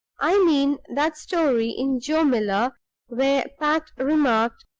i mean that story in joe miller where pat remarked,